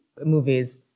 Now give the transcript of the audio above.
movies